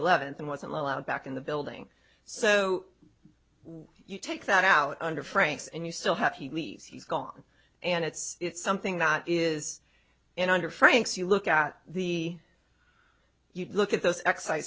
eleventh and wasn't allowed back in the building so you take that out under franks and you still have he leaves he's gone and it's something that is an under franks you look at the you look at those x i